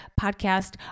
podcast